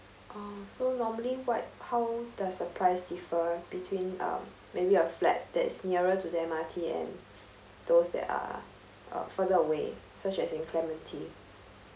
oh so normally what how does the price differ between um maybe a flat that's nearer to the M_R_T and those that are uh further away such as in clementi